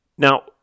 Now